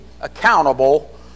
accountable